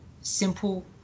simple